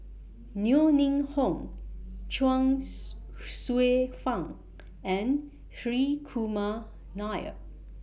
Yeo Ning Hong Chuang Hsueh Fang and Hri Kumar Nair